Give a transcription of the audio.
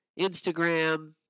Instagram